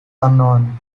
unknown